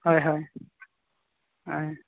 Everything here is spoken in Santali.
ᱦᱳᱭ ᱦᱳᱭ ᱦᱳᱭ